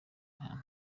hano